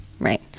Right